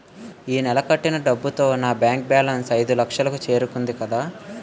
ఈ నెల కట్టిన డబ్బుతో నా బ్యాంకు బేలన్స్ ఐదులక్షలు కు చేరుకుంది కదా